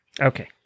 okay